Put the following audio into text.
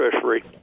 fishery